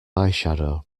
eyeshadow